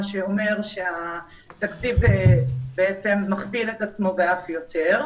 מה שאומר שהתקציב מכפיל את עצמו ואף יותר.